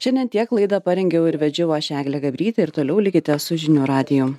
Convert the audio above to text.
šiandien tiek laidą parengiau ir vedžiau aš eglė gabrytė ir toliau likite su žinių radiju